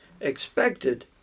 expected